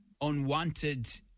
unwanted